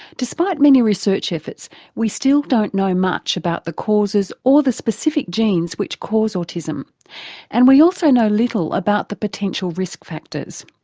despite many research efforts we still don't know much about the causes or the specific genes which cause autism and we also know little about the potential risk factors.